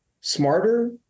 smarter